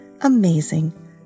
amazing